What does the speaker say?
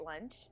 lunch